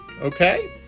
Okay